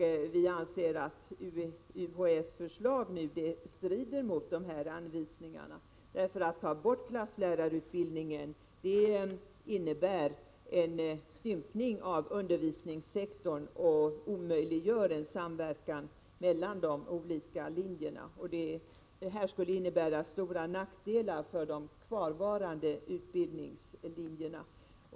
Vi anser att UHÄ:s förslag nu strider mot dessa anvisningar. Att dra ner klasslärarutbildningen innebär en stympning av undervisningssektorn och omöjliggör ett samarbete mellan de olika linjerna. Det här skulle innebära stora nackdelar för de kvarvarande utbildningslinjerna.